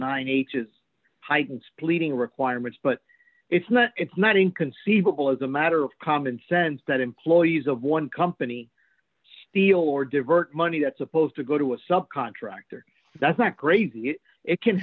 nine h s huygens pleading requirements but it's not it's not inconceivable as a matter of common sense that employees of one company steal or divert money that's supposed to go to a sub contractor that's not great it can